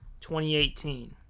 2018